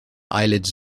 eyelids